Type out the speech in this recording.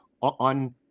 on